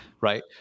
right